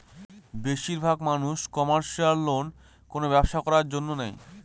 বেশির ভাগ মানুষ কমার্শিয়াল লোন কোনো ব্যবসা করার জন্য নেয়